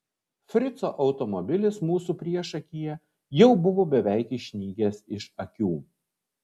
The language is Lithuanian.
frico automobilis mūsų priešakyje jau buvo beveik išnykęs iš akių